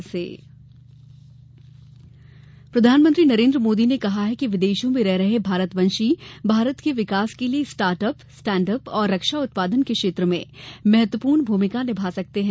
प्रधानमंत्री प्रधानमंत्री नरेन्द्र मोदी ने कहा है कि विदेशों में रह रहे भारतवंशी भारत के विकास के लिए स्टार्टअप स्टेण्डअप और रक्षा उत्पादन के क्षेत्र में महत्वपूर्ण भूमिका निभा सकते हैं